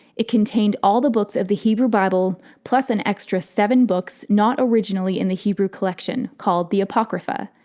it contained all the books of the hebrew bible, plus an extra seven books not originally in the hebrew collection, called the apocrypha.